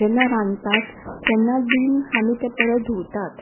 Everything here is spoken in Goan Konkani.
जेन्ना रांदतात तेन्ना बीन आमी तें परत धुवतात